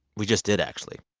we just did, actually.